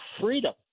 freedom